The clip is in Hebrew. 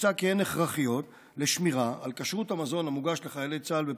נמצא כי הן הכרחיות לשמירה על כשרות המזון המוגש לחיילי צה"ל בפסח,